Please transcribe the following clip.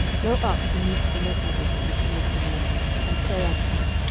go up to meet the messengers of the king of samaria, and say unto them,